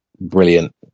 brilliant